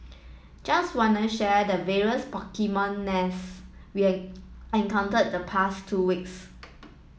just wanna share the various Pokemon nests we encountered the past two weeks